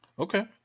Okay